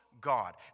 God